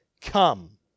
come